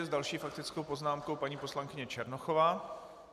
S další faktickou poznámkou paní poslankyně Černochová.